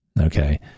Okay